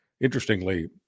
Interestingly